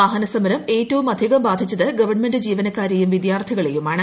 വാഹന സമരം ഏറ്റവും അധികം ബാധിച്ചത് ഗവൺമെന്റ് ജീവനക്കാരെയും വിദ്യാർത്ഥികളെയും ആണ്